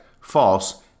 false